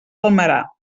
palmerar